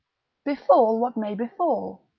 befall what may befall,